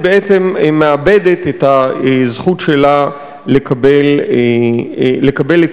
היא בעצם מאבדת את הזכות שלה לקבל את